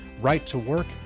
Right-to-work